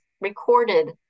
recorded